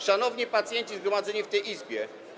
Szanowni pacjenci zgromadzeni w tej Izbie!